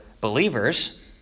believers